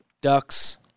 ducks